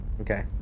Okay